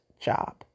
job